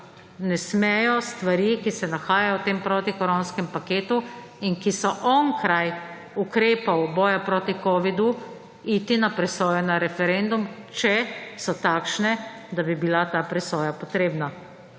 ne smejo stvari, ki se nahajajo v tem protikoronskem paketu in ki so onkraj ukrepov boja proti covidu, iti na presojo na referendum, če so takšne, da bi bila ta presoja potrebna.